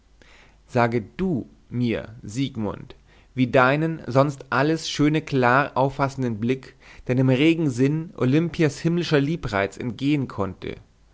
sage du mir siegmund wie deinem sonst alles schöne klar auffassenden blick deinem regen sinn olimpias himmlischer liebreiz entgehen konnte